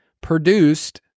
produced